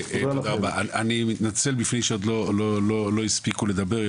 אני מתנצל בפני מי שלא הספיקו לדבר,